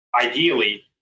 ideally